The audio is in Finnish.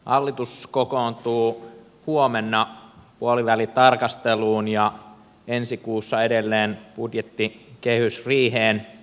hallitus kokoontuu huomenna puolivälitarkasteluun ja ensi kuussa edelleen budjettikehysriiheen